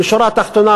בשורה התחתונה,